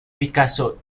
picasso